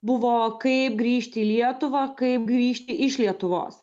buvo kaip grįžti į lietuvą kaip grįžti iš lietuvos